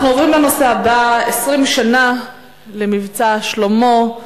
אנחנו עוברים לנושא הבא: עשרים שנה ל"מבצע שלמה",